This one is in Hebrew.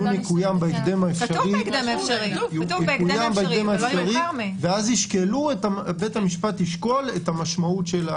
יתקיים בהקדם האפשרי ואז בית המשפט ישקול את המשמעות.